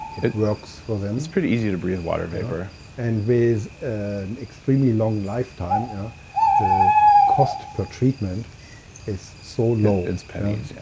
it works for them it's pretty easy to breathe in water vapor and with and extremely long lifetime the cost per treatment is so low it's pennies, yeah.